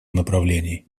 направлений